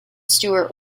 stewart